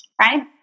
Right